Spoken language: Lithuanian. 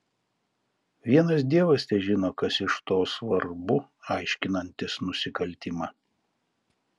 vienas dievas težino kas iš to svarbu aiškinantis nusikaltimą